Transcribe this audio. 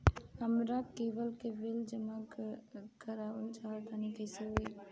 हमरा केबल के बिल जमा करावल चहा तनि कइसे होई?